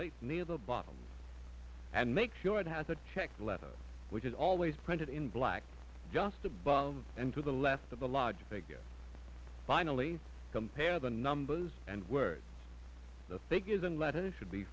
rate near the bottom and make sure it has a checked letter which is always printed in black just above and to the left of the larger figure finally compare the numbers and words the figures and letters should be